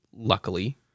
Luckily